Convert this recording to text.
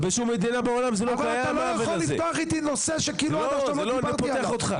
אבל אתה לא יכול לפתוח איתי נושא שכאילו עד עכשיו לא דיברתי עליו.